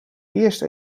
eerst